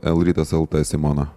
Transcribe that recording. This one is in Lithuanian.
lrytas lt simona